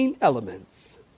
elements